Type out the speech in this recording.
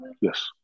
Yes